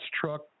Truck